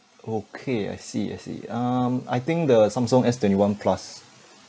okay I see I see um I think the samsung S twenty one plus